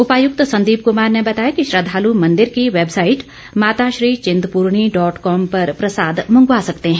उपायुक्त संदीप कुमार ने बताया कि श्रद्धालु मंदिर की website Mata Shri Chintpurni dot com पर प्रसाद मंगा सकते हैं